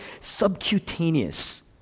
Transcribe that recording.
subcutaneous